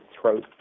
throat